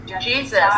Jesus